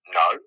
no